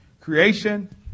creation